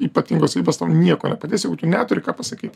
ypatingos savybės tau nieko nepadės jeigu tu neturi ką pasakyti